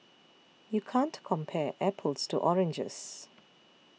you can't compare apples to oranges